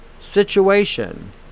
situation